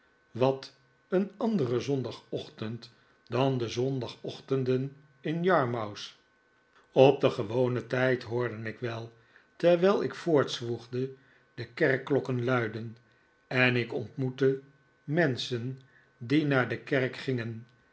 wat een andere zondagochtend dan de zondagochtenden in yarmouth op den gewonen tijd hoorde ik wel terwijl ik voortzwoegde de kerkklokken luiden en ik ontmoette menschen die naar de kerk gingen